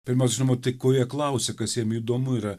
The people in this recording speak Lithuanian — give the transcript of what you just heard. pirmiausia žinoma tai ko jie klausia kas jam įdomu yra